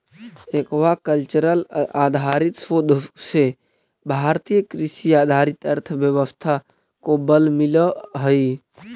aquacultural आधारित शोध से भारतीय कृषि आधारित अर्थव्यवस्था को बल मिलअ हई